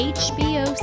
hbo